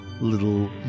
little